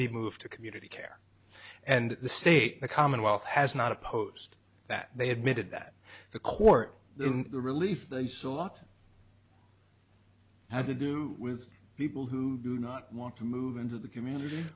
be moved to community care and the state the commonwealth has not opposed that they had made it that the court the relief they saw had to do with people who do not want to move into the community